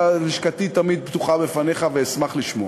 לשכתי תמיד פתוחה בפניך ואשמח לשמוע.